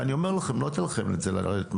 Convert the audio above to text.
ואני אומר לכם שלא אתן לזה לרדת מהשולחן.